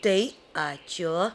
tai ačiū